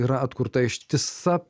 yra atkurta ištisa